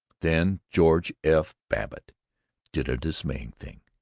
then george f. babbitt did a dismaying thing.